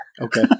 Okay